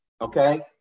Okay